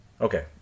okay